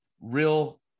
real